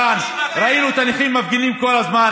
אנחנו ישבנו כאן, ראינו את הנכים מפגינים כל הזמן.